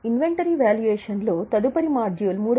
inventory వాల్యుయేషన్లో తదుపరి module 3